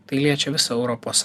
tai liečia visą europos